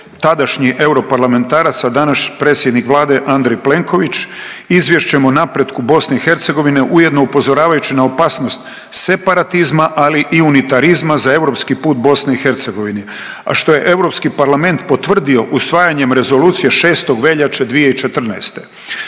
tadašnji europarlamentarac, a današnji predsjednik Vlade Andrej Plenković Izvješćem o napretku Bosne i Hercegovine ujedno upozoravajući na opasnost separatizma, ali i unitarizma za europski put Bosne i Hercegovine, a što je Europski parlament potvrdio usvajanjem Rezolucije 6. veljače 2014.